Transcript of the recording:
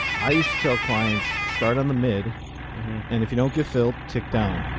i used to tell clients start on the mid. and if you don't get filled. tick down.